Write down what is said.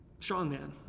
strongman